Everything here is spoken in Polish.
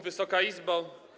Wysoka Izbo!